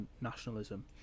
nationalism